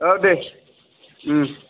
औ दे